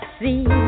see